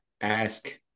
ask